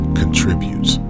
contributes